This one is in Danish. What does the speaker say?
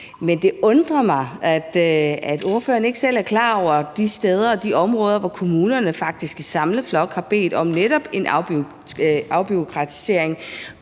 det undrer mig, at ordføreren ikke selv er klar over, at der er steder og områder, hvor kommunerne faktisk i samlet flok har bedt om en afbureaukratisering